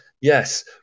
yes